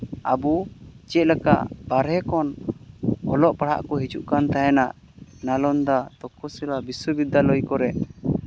ᱟᱵᱚ ᱪᱮᱫ ᱞᱮᱠᱟ ᱵᱟᱦᱨᱮ ᱠᱷᱚᱱ ᱚᱞᱚᱜ ᱯᱟᱲᱦᱟᱜ ᱠᱚ ᱦᱤᱡᱩᱜ ᱠᱟᱱ ᱛᱟᱦᱮᱱᱟ ᱱᱟᱞᱚᱱᱫᱟ ᱛᱚᱠᱠᱷᱚᱥᱤᱞᱟ ᱵᱤᱥᱥᱚ ᱵᱤᱫᱽᱫᱟᱞᱚᱭ ᱠᱚᱨᱮ